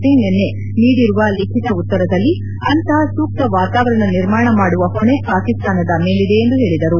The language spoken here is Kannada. ಸಿಂಗ್ ನಿನ್ನೆ ನೀಡಿರುವ ಲಿಖಿತ ಉತ್ತರದಲ್ಲಿ ಅಂತಹ ಸೂಕ್ತ ವಾತಾವರಣ ನಿರ್ಮಾಣ ಮಾಡುವ ಹೊಣೆ ಪಾಕಿಸ್ತಾನ ಮೇಲಿದೆ ಎಂದು ಹೇಳಿದರು